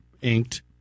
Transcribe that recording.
inked